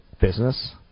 business